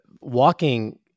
walking